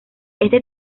este